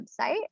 website